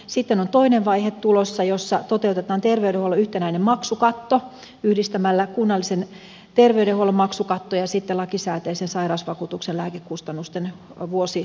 sitten on tulossa toinen vaihe jossa toteutetaan terveydenhuollon yhtenäinen maksukatto yhdistämällä kunnallisen terveydenhuollon maksukatto ja lakisäätäisen sairasvakuutuksen lääkekustannusten vuosiomavastuuosuus